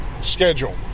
schedule